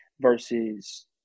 versus